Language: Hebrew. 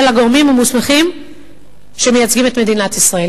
הגורמים המוסמכים שמייצגים את מדינת ישראל.